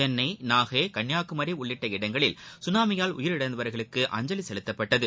சென்னை நாகை கன்னியாகுமி உள்ளிட்ட இடங்களில் சுனாமியால் உயிரிழந்தவர்களுக்கு அஞ்சலி செலுத்தப்பட்டது